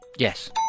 Yes